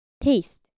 taste